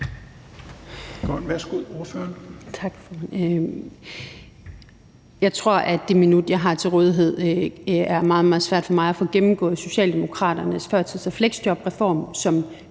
Jeg tror, at det i det minut, jeg har til rådighed, er meget, meget svært for mig at få gennemgået Socialdemokraternes førtids- og fleksjobreform, som